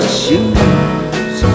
shoes